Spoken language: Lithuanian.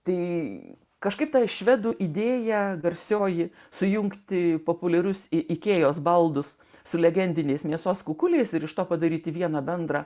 tai kažkaip ta švedų idėja garsioji sujungti populiarus į ikėjos baldus su legendiniais mėsos kukuliais ir iš to padaryti vieną bendrą